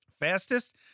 fastest